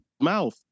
mouth